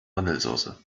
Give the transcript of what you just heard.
vanillesoße